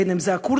בין אם זה הכורדים,